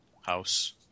House